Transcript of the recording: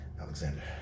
Alexander